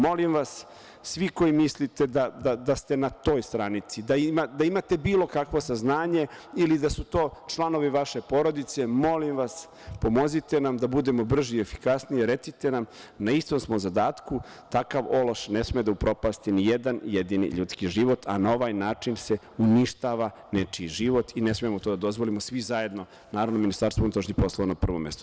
Molim vas, svi koji mislite da ste na toj stranici, da imate bilo kakvo saznanje ili da su to članovi vaše porodice, molim vas pomozite nam da budemo brži i efikasniji, recite nam, na istom smo zadatku, takav ološ ne sme da upropasti nijedan jedini ljudski život, a na ovaj način se uništava nečiji život i ne smemo to da dozvolimo svi zajedno, naravno, Ministarstvo unutrašnjih poslova na prvom mestu.